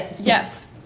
yes